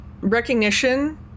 recognition